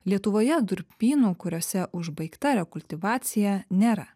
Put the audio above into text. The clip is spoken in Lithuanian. lietuvoje durpynų kuriose užbaigta rekultivacija nėra